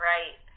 Right